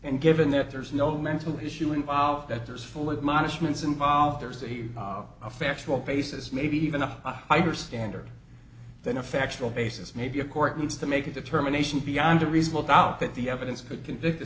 and given that there's no mental issue involved that there's full of management's involved there's a factual basis maybe even a higher standard than a factual basis maybe a court needs to make a determination beyond a reasonable doubt that the evidence could convict